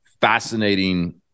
fascinating